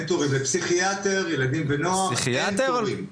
אין תורים לפסיכיאטר ילדים ונוער אין תורים.